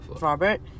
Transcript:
robert